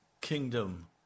kingdom